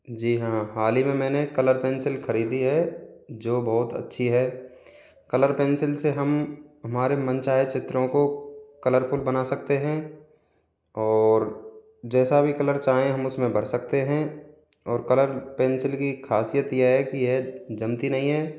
जी हाँ हाल ही में मैंने कलर पेंसिल ख़रीदी है जो बहुत अच्छी है कलर पेंसिल से हम हमारे मनचाहे चित्रों को कलरफुल बना सकते हैं और जैसा भी कलर चाहें हम उसमें भर सकते हैं और कलर पेंसिल की ख़ासियत यह है कि यह जमती नहीं हैं